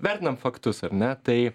vertinam faktus ar ne tai